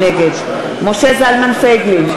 נגד משה זלמן פייגלין,